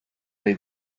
dai